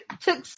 took